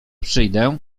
przyjdę